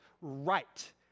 right